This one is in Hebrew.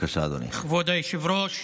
כבוד היושב-ראש,